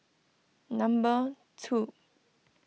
number two